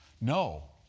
No